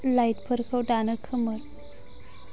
लाइटफोरखौ दानो खोमोर